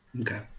Okay